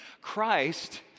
Christ